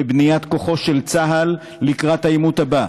בבניית כוחו של צה"ל לקראת העימות הבא,